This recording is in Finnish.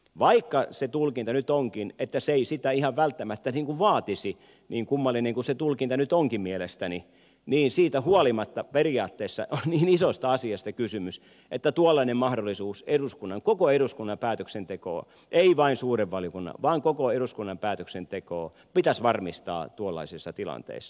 vaikka se tulkinta nyt onkin että se ei sitä ihan välttämättä vaatisi niin kummallinen kuin se tulkinta nyt onkin mielestäni siitä huolimatta periaatteessa on niin isosta asiasta kysymys että tuollainen mahdollisuus koko eduskunnan päätöksentekoon ei vain suuren valiokunnan vaan koko eduskunnan päätöksentekoon pitäisi varmistaa tuollaisessa tilanteessa